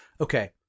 Okay